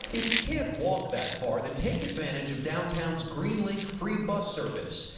if you can't walk that far, then take advantage of downtown's green link free bus service.